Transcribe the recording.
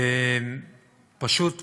פשוט פוגעת,